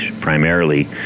primarily